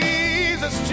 Jesus